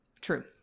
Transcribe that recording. True